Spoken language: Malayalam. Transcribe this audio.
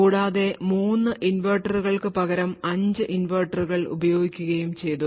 കൂടാതെ 3 ഇൻവെർട്ടറുകൾക്ക് പകരം 5 ഇൻവെർട്ടറുകൾ ഉപയോഗിക്കുകയും ചെയ്തു